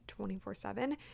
24-7